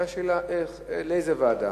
עלתה השאלה לאיזו ועדה.